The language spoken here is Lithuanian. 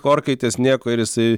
orkaitės nieko ir jisai